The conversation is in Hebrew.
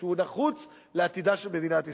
שהוא נחוץ לעתידה של מדינת ישראל.